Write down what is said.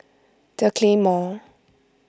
the Claymore